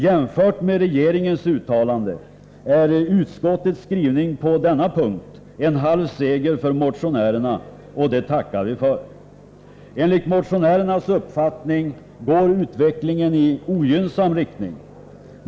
Jämfört med regeringens uttalande är utskottets skrivning på denna punkt en halv seger för motionärerna. Och det tackar vi för. Enligt motionärernas uppfattning går utvecklingen i ogynnsam riktning.